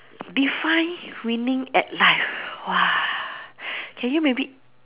define winning at life !wah! can you maybe